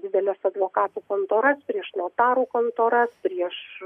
dideles advokatų kontoras prieš notarų kontoras prieš